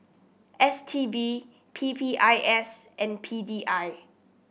S T B P P I S and P D I